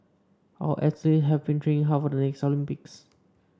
our athletes have been training hard for the next Olympics